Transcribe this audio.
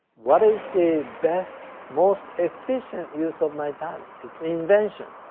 what is the best, most efficient use of my time? it's invention.